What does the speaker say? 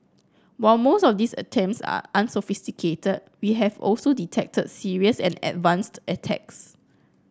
while most of these attempts are unsophisticated we have also detected serious and advanced attacks